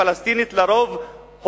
פלסטינית לרוב,